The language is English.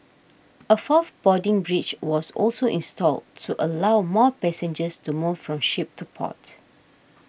a fourth boarding bridge was also installed to allow more passengers to move from ship to port